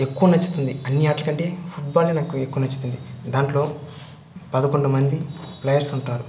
ఎక్కువ నచ్చుతుంది అన్ని ఆటలకంటే ఫుట్బాలే నాకు ఎక్కువ నచ్చుతుంది దాంట్లో పదకుండు మంది ప్లేయర్సుంటారు